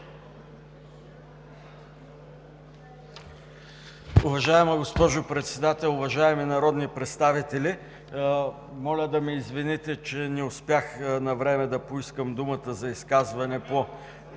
Уважаема госпожо Председател, уважаеми народни представители! Моля да ме извините, че не успях навреме да поискам думата за изказване по това